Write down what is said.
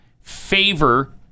favor